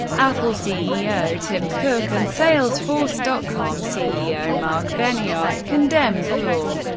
apple ceo tim cook and salesforce dot com ceo marc benioff condemned the law,